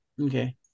Okay